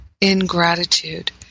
ingratitude